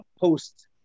post